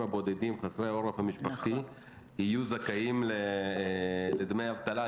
הבודדים חסרי העורף המשפחתי יהיו זכאים לדמי אבטלה.